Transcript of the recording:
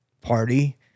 party